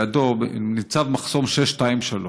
לידו ניצב מחסום 623,